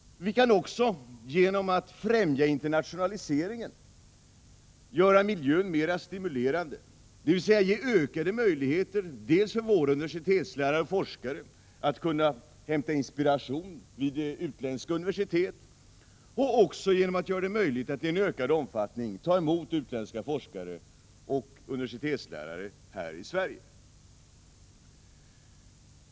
Vi kan också genom att främja internationaliseringen göra miljön mera stimulerande dels genom att ge ökade möjligheter till våra universitetslärare och forskare att inhämta inspiration vid utländska universitet, dels genom att göra det möjligt att i ökad omfattning ta emot utländska forskare och universitetslärare här i Sverige.